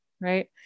right